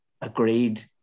agreed